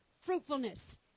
fruitfulness